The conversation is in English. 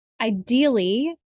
ideally